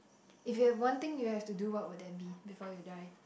if you have one thing you have to do what would that be before you die